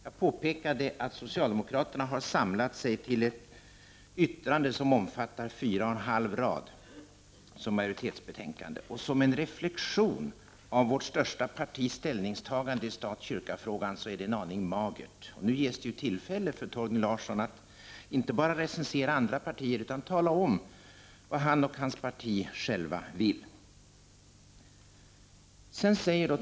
Jag påpekade att socialdemokraterna har samlat sig till ett yttrande som omfattar fyra och en halv rad som majoritetsskrivning i betänkandet. Som en reflexion av vårt största partis ställningstagande i stat-kyrka-frågan är det en aning magert. Nu ges det tillfälle för Torgny Larsson att inte bara recensera andra partier utan även tala om vad han och hans parti vill.